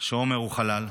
שעומר הוא חלל.